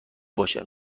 باشه